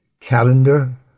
Calendar